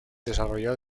desarrollado